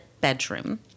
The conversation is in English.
bedroom